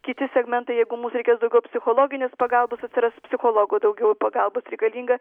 kiti segmentai jeigu mums reikės daugiau psichologinės pagalbos atsiras psichologo daugiau pagalbos reikalinga